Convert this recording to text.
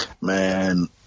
Man